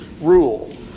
rule